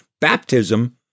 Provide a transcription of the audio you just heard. baptism